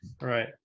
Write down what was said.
Right